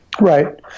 Right